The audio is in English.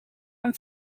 and